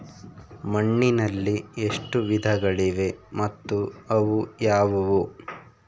ಮಣ್ಣಿನಲ್ಲಿ ಎಷ್ಟು ವಿಧಗಳಿವೆ ಮತ್ತು ಅವು ಯಾವುವು?